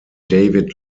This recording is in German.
david